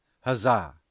Huzzah